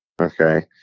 okay